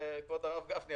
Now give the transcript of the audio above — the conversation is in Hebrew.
כבוד הרב גפני,